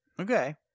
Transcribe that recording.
Okay